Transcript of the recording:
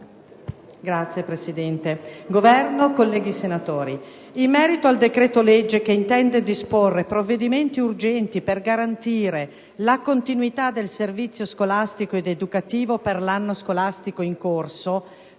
rappresentante del Governo, colleghi senatori, in merito al decreto-legge che intende disporre provvedimenti urgenti per garantire la continuità del servizio scolastico ed educativo per l'anno scolastico in corso,